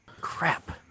Crap